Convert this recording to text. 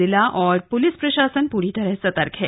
जिला और पुलिस प्रशासन पूरी तरह सतर्क है